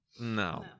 No